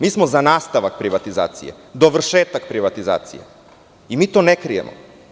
Mi smo za nastavak privatizacije, dovršetak privatizacije i mi to ne krijemo.